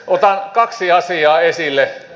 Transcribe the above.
otan kaksi asiaa esille